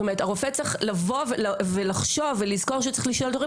זאת אומרת הרופא צריך לבוא ולחשוב ולזכור שצריך לשאול את ההורים,